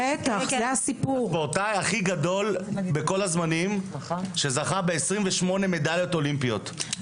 זה ספורטאי הכי גדול בכל הזמנים שזכה ב-28 מדליות אולימפיות,